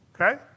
Okay